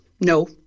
no